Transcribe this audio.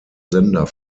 sender